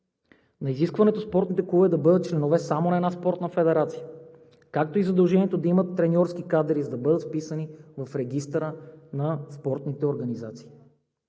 на изискването спортните клубове да бъдат членове само на една спортна федерация, както и задължението да имат треньорски кадри, за да бъдат вписани в Регистъра на спортните организации;